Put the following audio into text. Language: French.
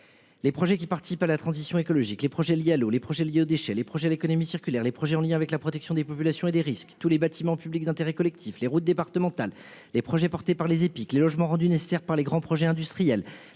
Les projets qui participe à la transition écologique, les projets liés à l'eau les projets liés aux déchets les projets l'économie circulaire les projets en lien avec la protection des populations et des risques tous les bâtiments publics d'intérêt collectif, les routes départementales les projets portés par les épiques les logements rendus nécessaires par les grands projets industriels